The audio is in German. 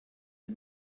sie